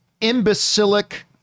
imbecilic